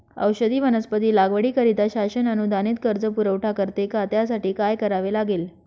औषधी वनस्पती लागवडीकरिता शासन अनुदानित कर्ज पुरवठा करते का? त्यासाठी काय करावे लागेल?